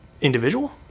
individual